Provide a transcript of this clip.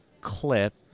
clip